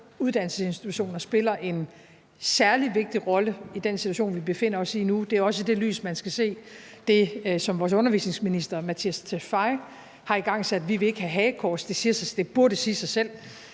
uddannelsesinstitutioner spiller en særlig vigtig rolle i den situation, vi nu befinder os i, og det er også i det lys, man skal se det, som vores undervisningsminister har igangsat. Vi vil ikke have hagekors – det burde sige sig selv